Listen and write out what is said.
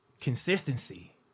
Consistency